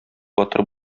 батыр